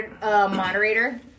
moderator